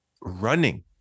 running